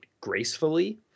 gracefully